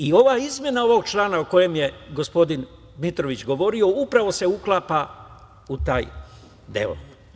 I izmena ovog člana o kojoj je gospodin Dmitrović govorio upravo se uklapa u taj deo.